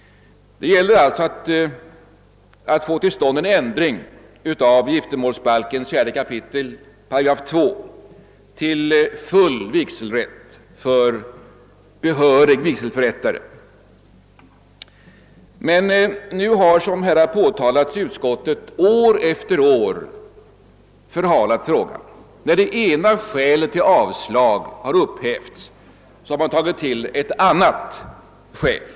Det gäller alltså att få till stånd en ändring av giftermålsbalkens 4 kap. 2 8 till full vigselrätt för behörig vigselförrättare. Utskottet har, som här har påtalats, år efter år förhalat frågan. När det ena skälet till avstyrkande upphävts har man tillgripit ett annat skäl.